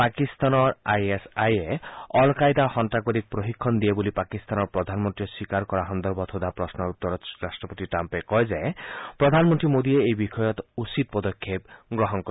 পাকিস্তানৰ I S I এ al Qaeda সন্তাসবাদীক প্ৰশিক্ষণ দিয়ে বুলি পাকিস্তানৰ প্ৰধানমন্ত্ৰীয়ে স্বীকাৰ কৰা সন্দৰ্ভত সোধা প্ৰশ্নৰ উত্তৰত ৰাট্টপতি ট্টাম্পে কয় যে প্ৰধান মন্ত্ৰী মোডীয়ে এই বিষয়ত উচিত পদক্ষেপ গ্ৰহণ কৰিব